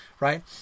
Right